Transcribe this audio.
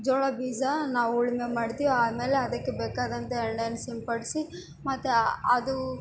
ಜೋಳ ಬೀಜ ನಾವು ಉಳುಮೆ ಮಾಡ್ತಿವಿ ಆಮೇಲೆ ಅದಕ್ಕೆ ಬೇಕಾದಂಥ ಎಣ್ಣೆನ ಸಿಂಪಡಿಸಿ ಮತ್ತು ಅದು